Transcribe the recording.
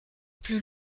plus